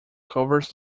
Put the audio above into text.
covers